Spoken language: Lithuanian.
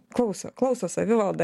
klauso klauso savivalda